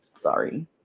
Sorry